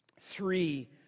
three